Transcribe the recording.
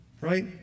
Right